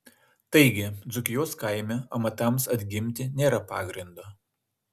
taigi dzūkijos kaime amatams atgimti nėra pagrindo